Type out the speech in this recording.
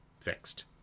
Fixed